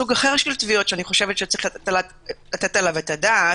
סוג אחר של תביעות שיש לתת עליו את הדעת,